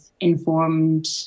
informed